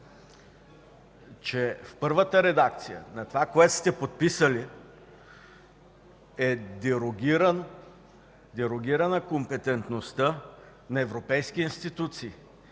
че в първата редакция на онова, което сте подписали, е дерогирана компетентността на европейски институции?